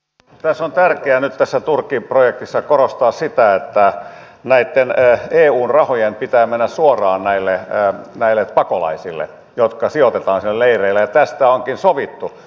tässä turkki projektissa on tärkeää nyt korostaa sitä että näitten eun rahojen pitää mennä suoraan näille pakolaisille jotka sijoitetaan sinne leireille ja tästä onkin sovittu